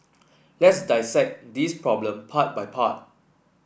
let's this problem part by part